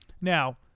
Now